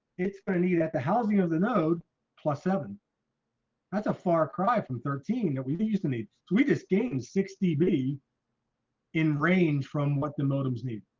it's ah need at the housing of the node plus seven that's a far cry from thirteen that we used to need. we just gained sixty b in range from what the modems need